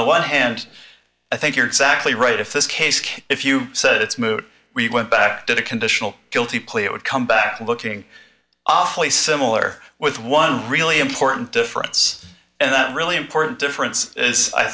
the one hand i think you're exactly right if this case if you said it's moot we went back to the conditional guilty plea it would come back looking awfully similar with one really important difference and that really important difference is i